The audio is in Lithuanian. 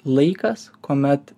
laikas kuomet